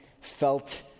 felt